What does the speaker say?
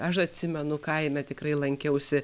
aš atsimenu kaime tikrai lankiausi